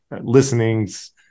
listenings